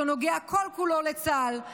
שנוגע כל-כולו לצה"ל,